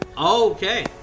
Okay